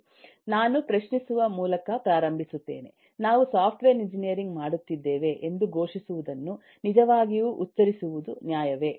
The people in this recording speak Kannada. ನಾನು ಪ್ರಶ್ನೆಸುವ ಮೂಲಕ ಪ್ರಾರಂಭಿಸುತ್ತೇನೆ ನಾವು ಸಾಫ್ಟ್ವೇರ್ ಎಂಜಿನಿಯರಿಂಗ್ ಮಾಡುತ್ತಿದ್ದೇವೆ ಎಂದು ಘೋಷಿಸುವುದನ್ನು ನಿಜವಾಗಿಯೂ ಉಚ್ಚರಿಸುವುದು ನ್ಯಾಯವೇ